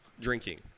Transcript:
drinking